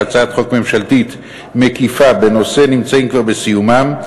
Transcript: הצעת חוק ממשלתית מקיפה בנושא נמצאים כבר בסיומם,